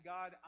God